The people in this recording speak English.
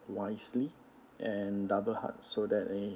wisely and double hard so that eh